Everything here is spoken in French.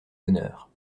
honneur